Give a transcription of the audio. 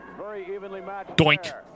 Doink